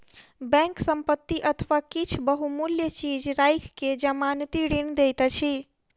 bank संपत्ति अथवा किछ बहुमूल्य चीज राइख के जमानती ऋण दैत अछि